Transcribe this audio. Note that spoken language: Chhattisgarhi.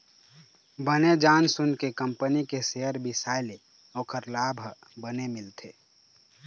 बने जान सून के कंपनी के सेयर बिसाए ले ओखर लाभ ह बने मिलथे